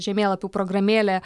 žemėlapių programėlė